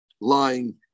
lying